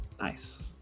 Nice